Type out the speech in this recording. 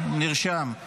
ירייה